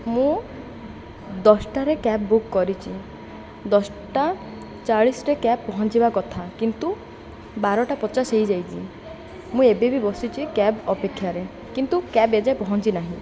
ମୁଁ ଦଶଟାରେ cab book କରିଛି ଦଶଟା ଚାଳିଶିରେ କ୍ୟାବ୍ ପହଞ୍ଚିବା କଥା କିନ୍ତୁ ବାରଟା ପଚାଶ ହେଇଯାଇଛି ମୁଁ ଏବେବି ବସିଛି କ୍ୟାବ୍ ଅପେକ୍ଷାରେ କିନ୍ତୁ କ୍ୟାବ୍ ଏଯାଏଁ ପହଞ୍ଚି ନାହିଁ